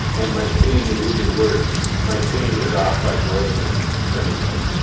and my singing is even worse. my singing is off by more than a semitone.